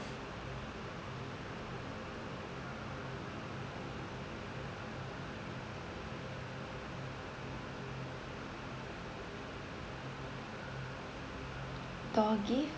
door gift